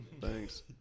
thanks